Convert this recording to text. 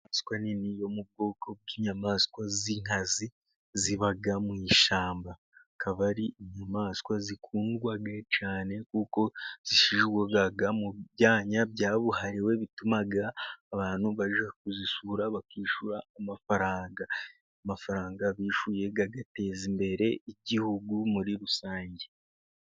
Inyamaswa nini yo mu bwoko bw'inyamaswa z'inkazi ziba mu ishyamba. Ikaba ari inyamaswa zikundwa cyane kuko zishyirwa mu byanya byabuhariwe bituma abantu bajya kuzisura, bakishyura amafaranga. Amafaranga bishyuye, agateza imbere igihugu muri rusange.